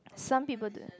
some people do that